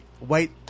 wait